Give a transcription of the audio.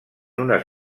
unes